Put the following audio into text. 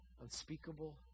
unspeakable